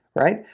right